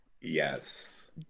Yes